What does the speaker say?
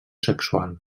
sexual